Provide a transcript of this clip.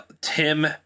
Tim